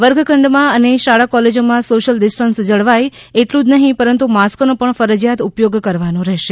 વર્ગખંડમાં અને શાળા કોલેજામાં સોશિયલ ડિસ્ટન્સ જળવાય એટલુ જ નહિ પરંતુ માસ્કનો ફરજીયાત ઉપયોગ કરવાનો રહેશે